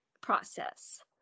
process